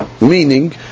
meaning